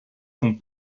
son